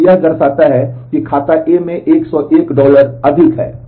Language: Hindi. लेकिन यह दर्शाता है कि खाता A में 101 डॉलर अधिक है